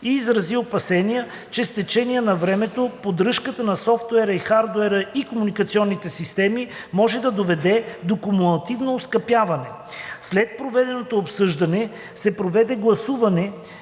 и изрази опасение, че с течение на времето поддръжката на софтуера и хардуера и комуникационните системи може да доведе до кумулативно оскъпяване. След проведеното обсъждане се проведе гласуване,